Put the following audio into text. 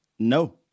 No